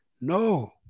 no